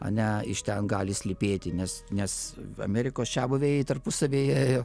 ane iš ten gali slypėti nes nes amerikos čiabuviai tarpusavyje